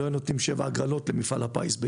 לא היו נותנים למפעל הפיס לקיים שבע הגרלות ביום.